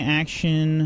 action